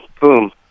boom